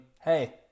hey